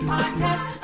Podcast